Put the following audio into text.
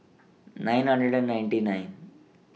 nine hundred and ninety nine